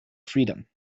freedom